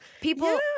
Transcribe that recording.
People